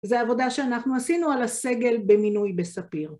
זה העבודה שאנחנו עשינו על הסגל במינוי בספיר.